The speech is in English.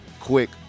quick